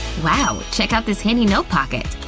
wow! check out this handy note pocket!